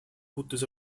gutes